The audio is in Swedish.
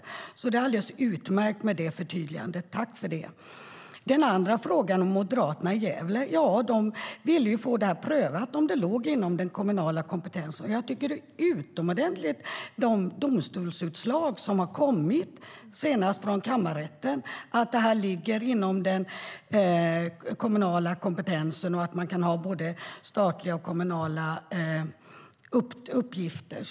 Det var alltså alldeles utmärkt med ett förtydligande - tack för det! När det gäller frågan om Moderaterna i Gävle ville de ju få prövat om detta låg inom den kommunala kompetensen. Jag tycker att det är ett utomordentligt domstolsutslag som har kommit, senast från kammarrätten, nämligen att detta ligger inom den kommunala kompetensen och att man kan ha både statliga och kommunala uppgifter.